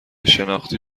شناختی